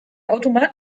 automat